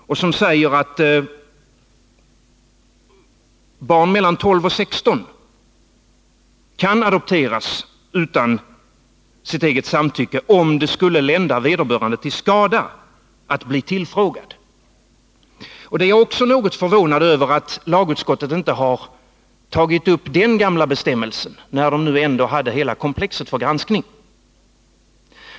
Där heter det att barn mellan tolv och sexton år kan adopteras utan sitt eget samtycke, om det skulle lända vederbörande till skada att bli tillfrågad. Jag är något förvånad över att lagutskottet inte har tagit upp den gamla bestämmelsen, när utskottet nu ändå hade hela komplexet för granskning.